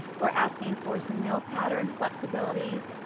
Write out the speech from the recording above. we're asking for some meal pattern flexibilities.